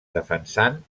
defensant